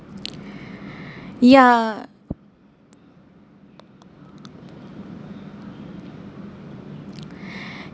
ya